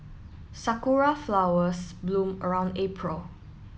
Sakura flowers bloom around April